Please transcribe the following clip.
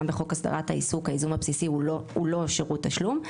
גם בחוק הסדרת עיסוק הייזום הבסיסי הוא לא שירות תשלום,